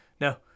no